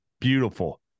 beautiful